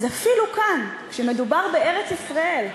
אז אפילו כאן, כשמדובר בארץ-ישראל,